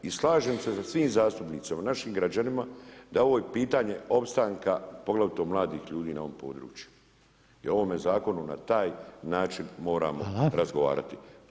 I slažem se sa svim zastupnicima i našim građanima da je ovo pitanje opstanka, poglavito mladih ljudi na ovom području i o ovome zakonu na taj način moramo razgovarati.